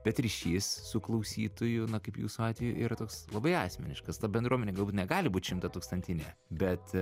bet ryšys su klausytoju na kaip jūsų atveju ir toks labai asmeniškas ta bendruomenė negali būt šimtatūkstantinė bet